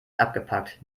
abgepackt